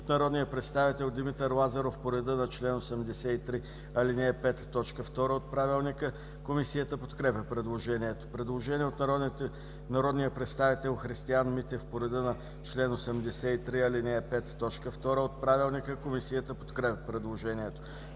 от народния представител Димитър Лазаров по реда на чл. 83, ал. 5, т. 2 от Правилника. Комисията подкрепя предложението. Предложение от народния представител Христиан Митев по реда на чл. 83, ал. 5, т. 2 от Правилника. Комисията подкрепя предложението.